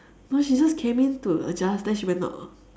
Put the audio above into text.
no she just came in to adjust then she went out